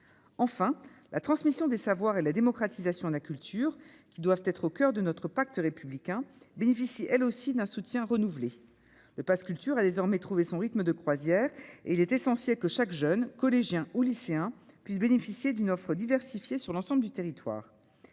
enfin la transmission des savoirs et la démocratisation de la culture, qui doivent être au coeur de notre pacte républicain bénéficie elle aussi d'un soutien renouvelé le Pass culture a désormais trouvé son rythme de croisière et il était censé que chaque jeune collégien ou lycéen, puissent bénéficier d'une offre diversifiée sur l'ensemble du territoire